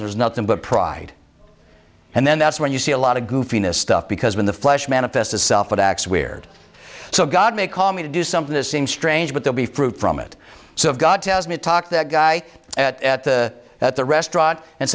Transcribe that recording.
there's nothing but pride and then that's when you see a lot of goofiness stuff because when the flesh manifests itself it acts weird so god may call me to do something this seems strange but they'll be fruit from it so if god tells me to talk that guy at at the at the restaurant and